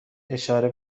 اشاره